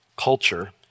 culture